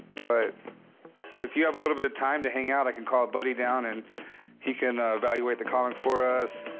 but if you have a little bit of time to hang out, i can call a buddy down and he can evaluate the comic and for us.